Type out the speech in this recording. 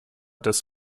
des